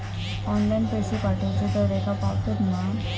Online पैसे पाठवचे तर तेका पावतत मा?